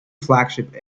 flagship